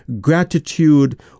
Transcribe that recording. gratitude